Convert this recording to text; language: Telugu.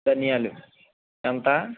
ధనియాలు ఎంత